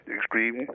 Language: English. extreme